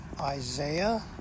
Isaiah